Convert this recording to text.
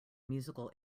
musical